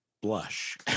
blush